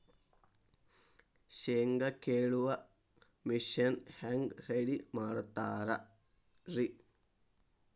ಶೇಂಗಾ ಕೇಳುವ ಮಿಷನ್ ಹೆಂಗ್ ರೆಡಿ ಮಾಡತಾರ ರಿ?